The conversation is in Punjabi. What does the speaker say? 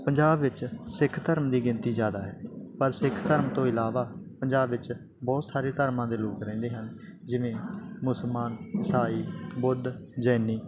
ਪੰਜਾਬ ਵਿੱਚ ਸਿੱਖ ਧਰਮ ਦੀ ਗਿਣਤੀ ਜ਼ਿਆਦਾ ਹੈ ਪਰ ਸਿੱਖ ਧਰਮ ਤੋਂ ਇਲਾਵਾ ਪੰਜਾਬ ਵਿੱਚ ਬਹੁਤ ਸਾਰੇ ਧਰਮਾਂ ਦੇ ਲੋਕ ਰਹਿੰਦੇ ਹਨ ਜਿਵੇਂ ਮੁਸਲਮਾਨ ਇਸਾਈ ਬੁੱਧ ਜੈਨੀ